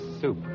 soup